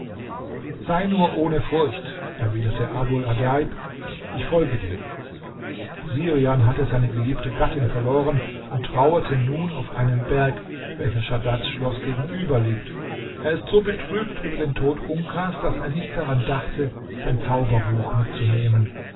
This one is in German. sei nur ohne furcht erwiderte abul adjaib ich folge dir busirian hat seine geliebte gattin verloren und trauert nun auf einem berg welcher schadads schloß gegenüber liegt er ist so betrübt über den tod unkas daß er nicht daran dachte sein zauberbuch mitzunehmen